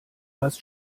hast